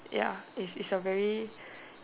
ya is is a very